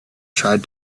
tried